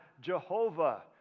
Jehovah